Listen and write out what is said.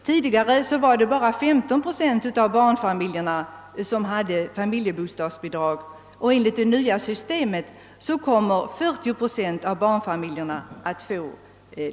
Tidigare hade bara 15 procent av barnfamiljerna familjebostadsbidrag, men det nya bostadstillägget beräknas omfatta 40 procent av barnfamiljerna.